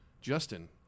Justin